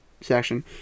section